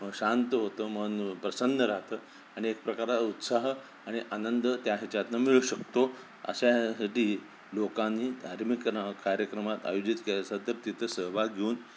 शांत होतं मन प्रसन्न राहतं आणि एक प्रकारचा उत्साह आणि आनंद त्या ह्याच्यातनं मिळू शकतो अशासाठी लोकांनी धार्मिक कार्यक्रमात आयोजित केल्यासात तर तिथं सहभाग घेऊन